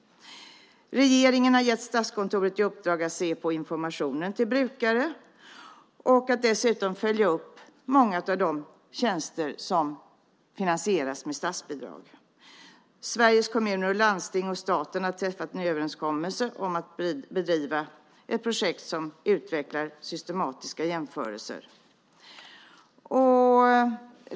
Regeringen har gett Statskontoret i uppdrag att se på informationen till brukare och att dessutom följa upp många av de tjänster som finansieras med statsbidrag. Sveriges Kommuner och Landsting och staten har träffat en överenskommelse om att bedriva ett projekt som utvecklar systematiska jämförelser.